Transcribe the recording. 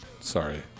Sorry